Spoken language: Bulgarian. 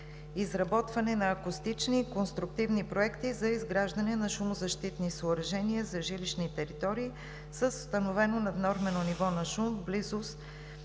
„Изработване на акустични конструктивни проекти за изграждане на шумозащитни съоръжения за жилищни територии“ с установено наднормено ниво на шум в близост